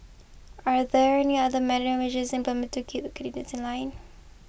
are there any other implemented candidates in line